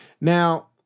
Now